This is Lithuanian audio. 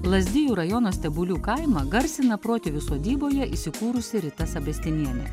lazdijų rajono stebulių kaimą garsina protėvių sodyboje įsikūrusi rita sabestinienė